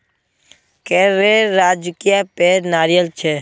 केरलेर राजकीय पेड़ नारियल छे